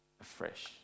afresh